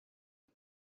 och